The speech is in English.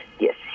yes